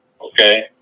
Okay